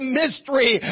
mystery